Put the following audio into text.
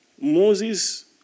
Moses